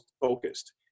focused